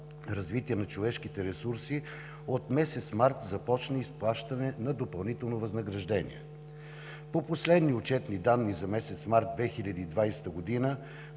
на човешките ресурси“ от месец март започна изплащане на допълнително възнаграждение. По последни отчетни данни за месец март 2020 г.